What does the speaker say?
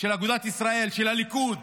של אגודת ישראל, של הליכוד,